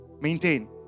maintain